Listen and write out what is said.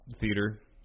theater